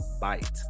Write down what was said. bite